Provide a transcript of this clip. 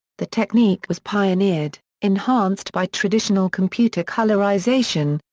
the technique was pioneered, enhanced by traditional computer colourisation,